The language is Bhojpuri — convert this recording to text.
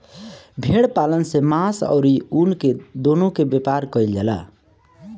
भेड़ पालन से मांस अउरी ऊन दूनो के व्यापार कईल जाला